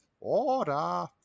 Order